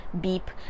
beep